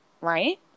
right